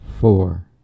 four